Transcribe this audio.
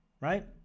right